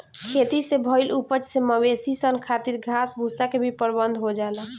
खेती से भईल उपज से मवेशी सन खातिर घास भूसा के भी प्रबंध हो जाला